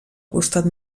costat